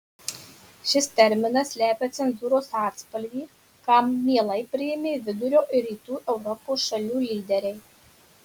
šis terminas slepia cenzūros atspalvį kam mielai priėmė vidurio ir rytų europos šalių lyderiai